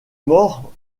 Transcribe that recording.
mort